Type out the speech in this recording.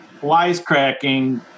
wisecracking